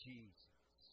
Jesus